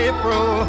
April